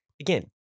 Again